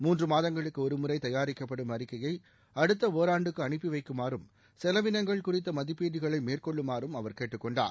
மூன்று மாதங்களுக்கு ஒருமுறை தயாரிக்கப்படும் அறிக்கையை அடுத்த ஒராண்டுக்கு அனுப்பி வைக்குமாறும் செலவினங்கள் குறித்த மதிப்பீடுகளை மேற்கொள்ளுமாறும் அவர் கேட்டுக் கொண்டார்